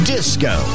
Disco